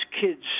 kids